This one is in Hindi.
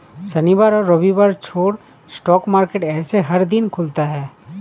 शनिवार और रविवार छोड़ स्टॉक मार्केट ऐसे हर दिन खुलता है